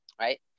right